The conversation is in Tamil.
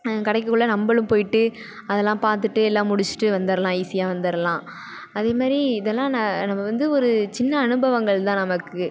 கிடைக்கக்குள்ள நம்மளும் போய்ட்டு அதெல்லாம் பார்த்துட்டு எல்லாம் முடிச்சிட்டு வந்துர்லாம் ஈஸியாக வந்துடலாம் அதேமாதிரி இதெல்லாம் நான் நம்ம வந்து ஒரு சின்ன அனுபவங்கள் தான் நமக்கு